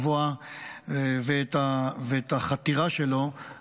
הגבוהה ואת החתירה שלו